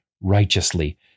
righteously